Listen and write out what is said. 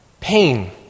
Pain